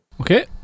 okay